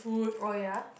oh ya